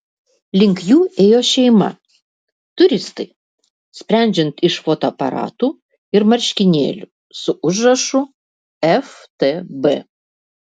link jų ėjo šeima turistai sprendžiant iš fotoaparatų ir marškinėlių su užrašu ftb